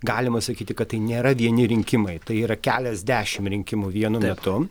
galima sakyti kad tai nėra vieni rinkimai tai yra keliasdešimt rinkimų vienu metu